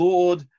Lord